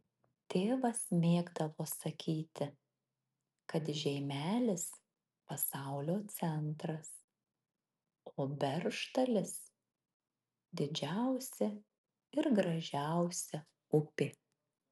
tėvas mėgdavo sakyti kad žeimelis pasaulio centras o beržtalis didžiausia ir gražiausia upė